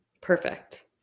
Perfect